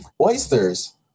oysters